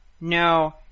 No